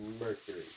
Mercury